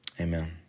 Amen